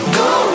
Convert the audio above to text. go